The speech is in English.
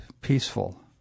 peaceful